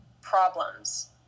problems